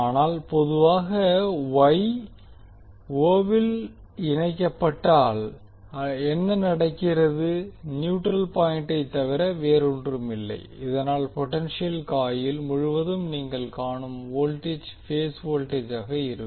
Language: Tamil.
ஆனால் பொதுவாக ஒய் o வில் இணைக்கப்பட்டால் என்ன நடக்கிறது நியூட்ரல் பாயிண்டை தவிர வேறொன்றுமில்லை இதனால் பொடென்ஷியல் காயில் முழுவதும் நீங்கள் காணும் வோல்டேஜ் பேஸ் வோல்டேஜ் ஆக இருக்கும்